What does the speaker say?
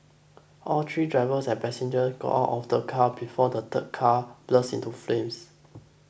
all three drivers and passengers got out of the car before the third car burst into flames